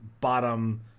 bottom